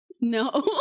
No